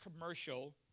commercial